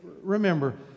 remember